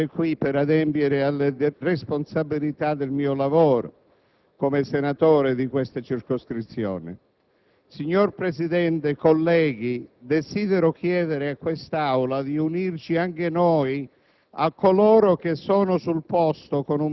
ma il dovere mi impone di essere qui per adempiere alle responsabilità del mio lavoro di senatore di quella circoscrizione. Signor Presidente, colleghi, desidero chiedere all'Assemblea di unirci anche noi